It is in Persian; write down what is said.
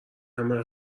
همه